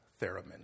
Theremin